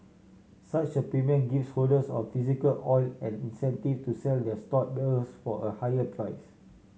such a premium gives holders of physical oil an incentive to sell their stored barrels for a higher price